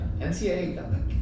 NCAA